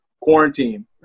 Quarantine